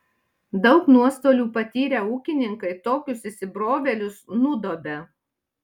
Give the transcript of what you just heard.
daug nuostolių patyrę ūkininkai tokius įsibrovėlius nudobia